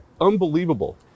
Unbelievable